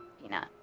Peanut